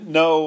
no